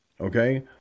Okay